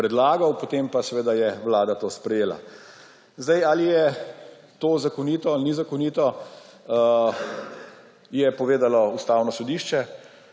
predlagal, potem pa je seveda Vlada to sprejela. Ali je to zakonito ali ni zakonito, je povedalo Ustavno sodišče.